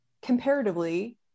comparatively